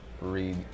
read